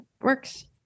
works